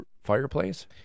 Fireplace